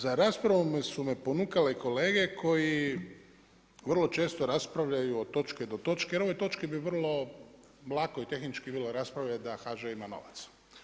Za raspravu su me ponukale kolege koji vrlo često raspravljaju od točke do točke, jer o ovoj točki bi vrlo lako i tehnički bilo raspravljati da HŽ ima novac.